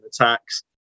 attacks